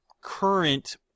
current